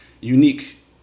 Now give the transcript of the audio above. unique